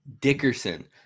Dickerson